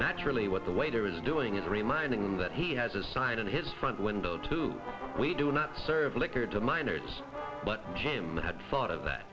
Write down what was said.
naturally what the waiter is doing is reminding him that he has a sign in his front window too we do not serve liquor to minors but jim had thought of that